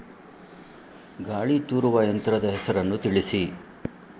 ಗಾಳಿ ತೂರುವ ಯಂತ್ರದ ಹೆಸರನ್ನು ತಿಳಿಸಿ?